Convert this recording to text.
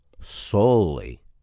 solely